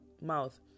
mouth